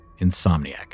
Insomniac